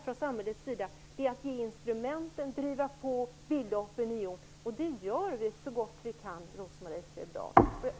Från samhällets sida kan vi ge instrumenten, driva på och bilda opinion. Det gör vi också så gott vi kan, Rose-Marie Frebran.